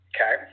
Okay